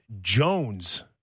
jones